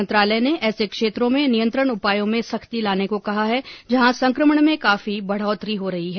मंत्रालय ने ऐसे क्षेत्रों में नियंत्रण उपायों में सख्ती लाने को कहा है जहां संक्रमण में काफी बढोतरी हो रही हो